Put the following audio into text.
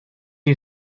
you